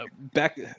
back